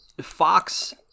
Fox